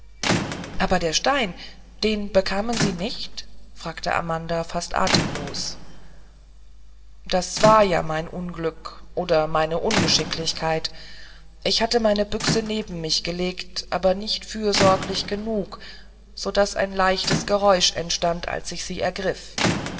aber den stein den bekamen sie nicht fragte amanda fast atemlos das war ja mein unglück oder meine ungeschicklichkeit ich hatte meine büchse neben mich gelegt aber nicht fürsorglich genug so daß ein leichtes geräusch entstand als ich sie ergriff